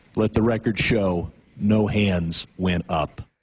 let the record show no hands went up.